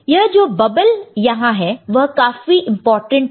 यह जो बबल यहां है वह काफी इंपोर्टेंट है